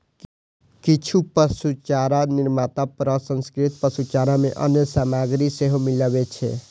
किछु पशुचारा निर्माता प्रसंस्कृत पशुचारा मे अन्य सामग्री सेहो मिलबै छै